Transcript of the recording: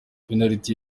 penaliti